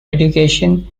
education